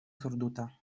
surduta